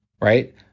right